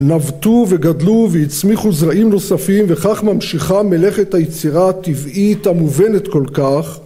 נבטו וגדלו והצמיחו זרעים נוספים וכך ממשיכה מלאכת היצירה הטבעית המובנת כל כך